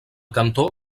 cantó